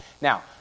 Now